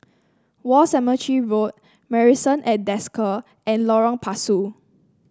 War Cemetery Road Marrison at Desker and Lorong Pasu